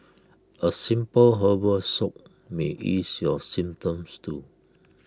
A simple herbal soak may ease your symptoms too